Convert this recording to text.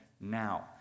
now